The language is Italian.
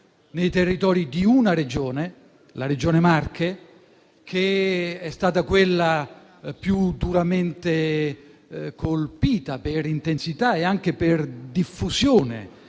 nei territori della Regione Marche, che è stata quella più duramente colpita per intensità e anche per diffusione